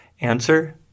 answer